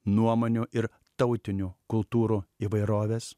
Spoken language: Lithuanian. nuomonių ir tautinių kultūrų įvairovės